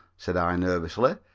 said i nervously,